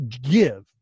give